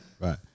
Right